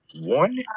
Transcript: One